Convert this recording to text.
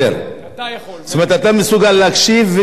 זאת אומרת, אתה מסוגל להקשיב וגם לדבר?